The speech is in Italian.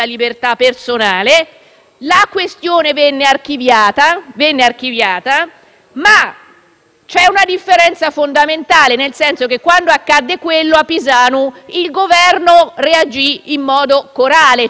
c'è una differenza fondamentale: quando accadde quell'episodio a Pisanu, il Governo reagì in modo corale e non vi fu bisogno di una verifica *on line* di quello che pensavano gli iscritti della piattaforma Rousseau.